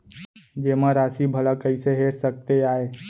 जेमा राशि भला कइसे हेर सकते आय?